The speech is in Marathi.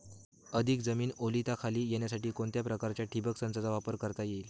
अधिक जमीन ओलिताखाली येण्यासाठी कोणत्या प्रकारच्या ठिबक संचाचा वापर करता येईल?